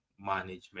management